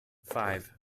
five